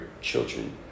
children